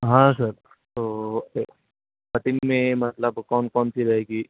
ہاں سر تو کٹنگ میں مطلب کون کون سی رہے گی